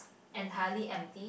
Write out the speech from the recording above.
entirely empty